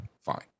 fine